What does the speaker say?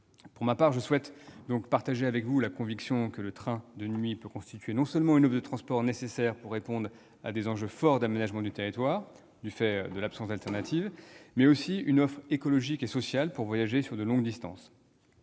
Pour ma part, je souhaite partager avec vous la conviction que le train de nuit peut constituer non seulement une offre de transport nécessaire pour répondre à des enjeux forts d'aménagement du territoire, du fait de l'absence d'alternative, mais aussi une offre écologique et sociale pour voyager sur de longues distances.